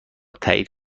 تایید